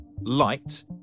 light